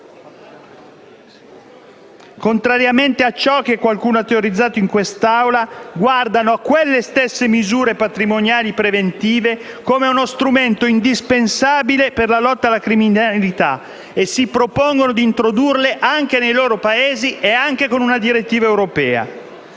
Parlamento europeo e molti Paesi europei guardano a quelle stesse misure patrimoniali preventive come a uno strumento indispensabile per la lotta alla criminalità e si propongono di introdurle anche nei loro Paesi, anche con una direttiva europea.